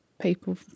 people